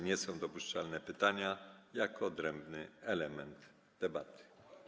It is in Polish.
Nie są dopuszczalne pytania jako odrębny element debaty.